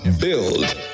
Build